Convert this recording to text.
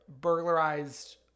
burglarized